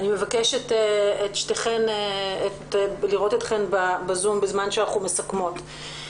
אני מבקשת שתהיו בזום בזמן שאנחנו מסכמות.